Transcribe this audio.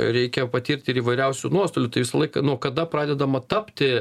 reikia patirti ir įvairiausių nuostolių tai visą laiką nuo kada pradedama tapti